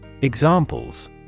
Examples